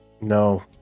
No